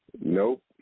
Nope